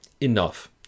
Enough